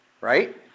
right